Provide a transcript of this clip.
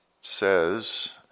says